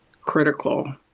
critical